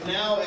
Now